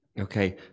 Okay